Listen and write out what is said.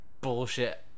bullshit